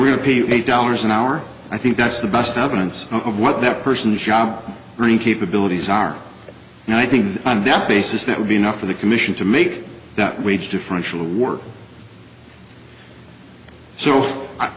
we'll pay eight dollars an hour i think that's the best evidence of what that person's job earning capabilities are and i think that basis that would be enough for the commission to make that wage differential work so